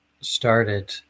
started